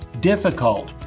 difficult